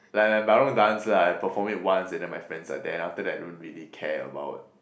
like like my own dance lah I perform it once and then my friends are there then after that I don't really care about